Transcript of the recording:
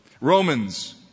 Romans